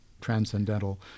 transcendental